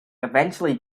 eventually